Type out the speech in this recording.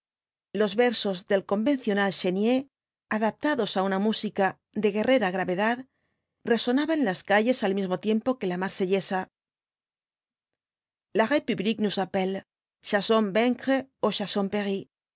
los versos del convencional chenier adaptados á una música de guerrera gravedad resonaban en las calles al mismo tiempo que la marsellesa la